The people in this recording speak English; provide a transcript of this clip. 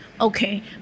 Okay